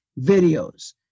videos